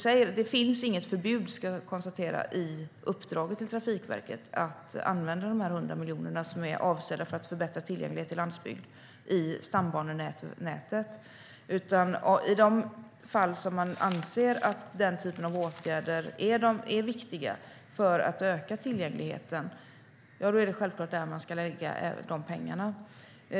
Det finns inget förbud i uppdraget till Trafikverket mot att använda de 100 miljoner som är avsedda att förbättra landsbygdens tillgänglighet i stambanenätet. I de fall man anser att den typen av åtgärder är viktiga för att öka tillgängligheten är det självklart där man ska lägga pengarna.